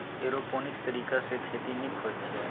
aeroponics तरीकासँ खेती नीक होइत छै